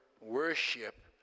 worship